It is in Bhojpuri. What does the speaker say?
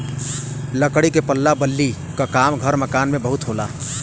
लकड़ी के पल्ला बल्ली क काम घर मकान में बहुत होला